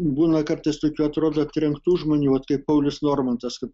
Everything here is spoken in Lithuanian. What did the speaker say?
būna kartais tokių atrodo trenktų žmonių vat kaip paulius normantas kad